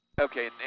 Okay